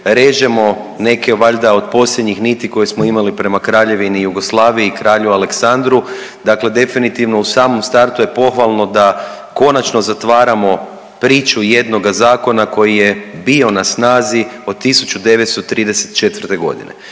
režemo neke valjda od posljednjih niti koje smo imali prema Kraljevini Jugoslaviji i kralju Aleksandru, dakle definitivno u samom startu je pohvalno da konačno zatvaramo priču jednoga zakona koji je bio na snazi od 1934.g..